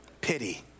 Pity